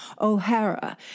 O'Hara